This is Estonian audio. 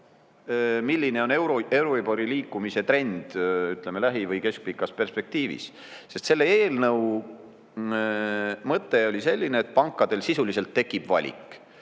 milline on euribori liikumise trend lähi- või keskpikas perspektiivis. Selle eelnõu mõte oli selline, et pankadel sisuliselt tekib valik.